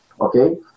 Okay